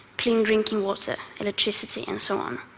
clean drinking water, electricity, and so on.